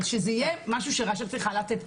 אבל שזה יהיה משהו שרש"א צריכה לדעת.